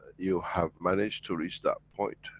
you have managed to reach that point,